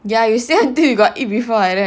ya you say until you got eat before like that